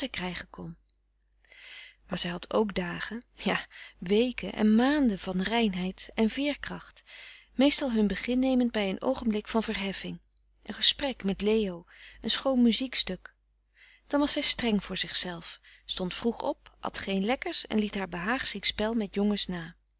krijgen kon maar zij had ook dagen ja weken en maanden van reinheid en veerkracht meestal hun begin nemend bij een oogenblik van verheffing een gesprek met leo een schoon muziekstuk dan was zij streng voor zichzelf stond vroeg op at geen lekkers en liet haar behaagziek spel met jongens na